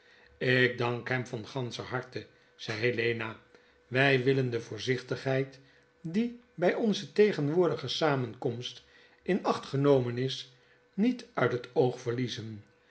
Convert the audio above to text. ik dank hem van ganscher harte zei helena wij willqn de voorzichtigheid die bij onze tegenwoordige samenkomst in acht genomen is niet uit het oogverliezen